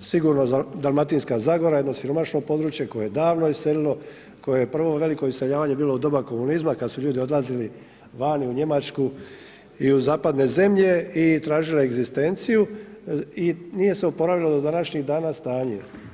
sigurno Dalmatinska zagora, jedno siromašno područje koje je davno iselilo, koje je prvo veliko iseljavanje bilo u doba komunizma kada su ljudi odlazili vani u Njemačku i u zapadne zemlje i tražili egzistenciju i nije se oporavilo do današnjih dana stanje.